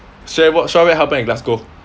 share what share what happened in glasgow